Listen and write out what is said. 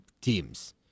teams